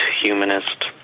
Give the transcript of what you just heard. humanist